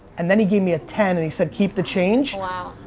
and then he gave me a ten and he said keep the change. wow.